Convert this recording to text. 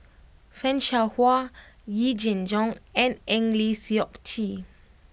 Fan Shao Hua Yee Jenn Jong and Eng Lee Seok Chee